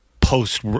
post